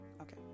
okay